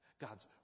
God's